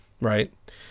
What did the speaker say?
Right